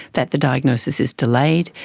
that the diagnosis is delayed,